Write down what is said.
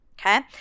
Okay